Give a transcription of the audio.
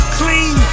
clean